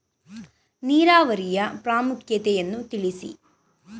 ನೀರಾವರಿಯ ಪ್ರಾಮುಖ್ಯತೆ ಯನ್ನು ತಿಳಿಸಿ?